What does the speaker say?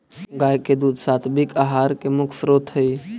गाय के दूध सात्विक आहार के मुख्य स्रोत हई